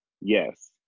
yes